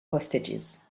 hostages